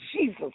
Jesus